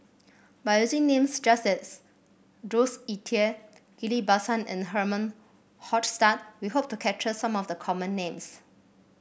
by using names just as Jules Itier Ghillie Basan and Herman Hochstadt we hope to capture some of the common names